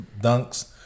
dunks